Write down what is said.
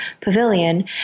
Pavilion